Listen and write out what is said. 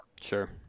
Sure